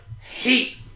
hate